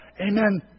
Amen